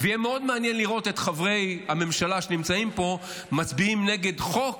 ויהיה מאוד מעניין לראות את חברי הממשלה שנמצאים פה מצביעים נגד חוק,